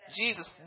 jesus